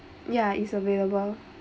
ya it's available